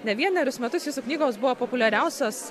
ne vienerius metus jūsų knygos buvo populiariausios